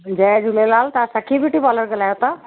जय झूलेलाल तव्हां सखी beauty parlour ॻाल्हायो था